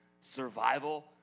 survival